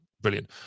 Brilliant